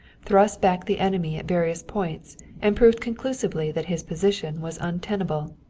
thrust back the enemy at various points and proved conclusively that his position was untenable.